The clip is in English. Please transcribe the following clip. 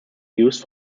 used